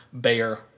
Bayer